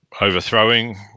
overthrowing